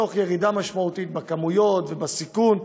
בירידה משמעותית בכמויות ובסיכון.